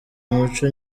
muco